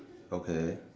okay